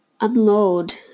unload